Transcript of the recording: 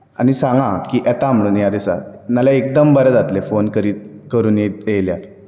आनी सांगा की येता म्हूण ह्या दिसा नाल्यार एकदम बरें जातलें फोन करून येयल्यार